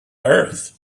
earth